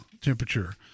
temperature